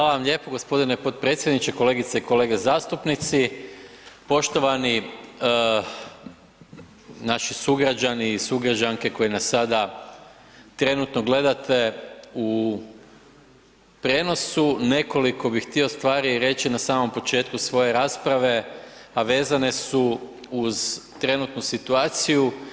Hvala vam lijepo, g. potpredsjedniče, kolegice i kolege zastupnici, poštovani naši sugrađani i sugrađanke koji nas sada trenutno gledate u prijenosu, nekoliko bi htio stvari reći na samom početku svoje rasprave a vezane su uz trenutnu situaciju.